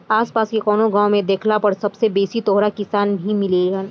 आस पास के कवनो गाँव में देखला पर सबसे बेसी तोहरा किसान ही मिलिहन